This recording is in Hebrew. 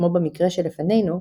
כמו במקרה שלפנינו,